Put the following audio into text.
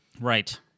Right